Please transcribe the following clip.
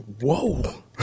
Whoa